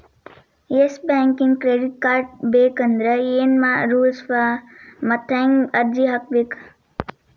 Yes ಬ್ಯಾಂಕಿನ್ credit card ಬೇಕಂದ್ರ ಏನ್ ರೂಲ್ಸವ ಮತ್ತ್ ಹೆಂಗ್ ಅರ್ಜಿ ಹಾಕ್ಬೇಕ?